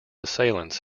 assailants